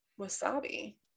Wasabi